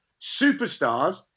superstars